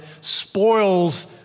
spoils